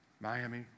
Miami